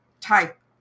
type